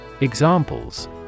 Examples